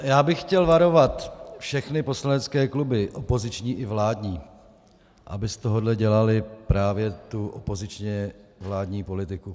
Já bych chtěl varovat všechny poslanecké kluby, opoziční i vládní, aby z tohoto dělali právě tu opozičně vládní politiku.